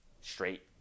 straight